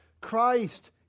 Christ